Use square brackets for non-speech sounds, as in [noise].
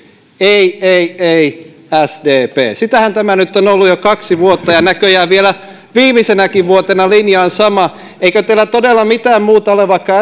ei ei ei sdp sitähän tämä nyt on ollut jo kaksi vuotta ja näköjään vielä viimeisenäkin vuotena linja on sama eikö teillä todella mitään muuta ole vaikka [unintelligible]